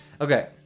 Okay